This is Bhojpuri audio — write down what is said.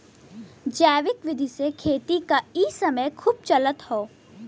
जैविक विधि से खेती क इ समय खूब चलत हौ